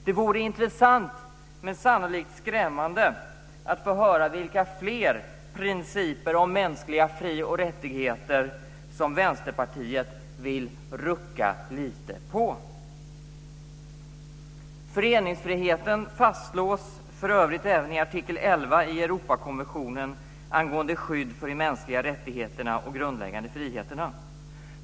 Det vore intressant, men sannolikt skrämmande, att få höra vilka fler principer om mänskliga fri och rättigheter som Vänsterpartiet vill rucka lite på. Föreningsfriheten fastslås för övrigt även i artikel 11 i Europakonventionen angående skydd för de mänskliga rättigheterna och grundläggande friheterna.